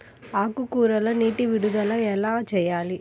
ఆకుకూరలకు నీటి విడుదల ఎలా చేయాలి?